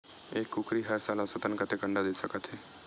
एक कुकरी हर साल औसतन कतेक अंडा दे सकत हे?